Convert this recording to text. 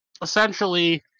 Essentially